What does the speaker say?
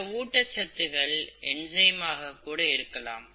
இந்த ஊட்டச் சத்துகள் என்சைம்ஸ் ஆக கூட இருக்கலாம்